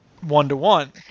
one-to-one